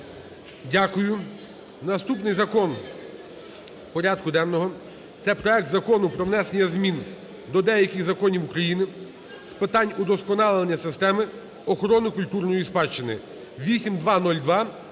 Дякую. Наступний закон порядку денного – це проект Закону про внесення змін до деяких законів України з питань удосконалення системи охорони культурної спадщини (8202